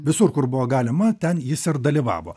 visur kur buvo galima ten jis ir dalyvavo